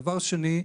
דבר שני,